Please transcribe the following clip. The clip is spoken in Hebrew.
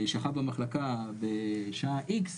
שכב במחלקה בשעה X,